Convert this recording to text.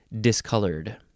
discolored